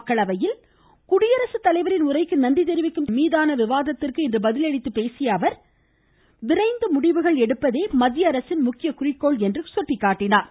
மக்களவையில் குடியரசு தலைவரின் உரைக்கு நன்றி தெரிவிக்கும் மீதான விவாதத்திற்கு இன்று பதிலளித்து பேசிய அவர் விரைந்து முடிவுகள் எடுப்பதே அரசின் முக்கிய குறிக்கோள் என்றார்